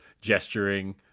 gesturing